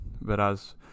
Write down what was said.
whereas